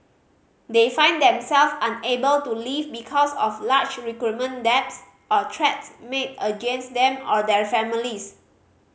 they find them self unable to leave because of large recruitment debts or threats made against them or their families